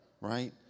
Right